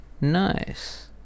Nice